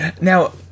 Now